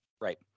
Right